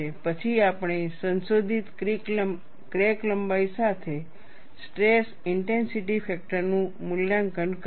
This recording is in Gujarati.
પછી આપણે સંશોધિત ક્રેક લંબાઈ સાથે સ્ટ્રેસ ઇન્ટેન્સિટી ફેક્ટરનું મૂલ્યાંકન કર્યું